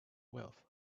wealth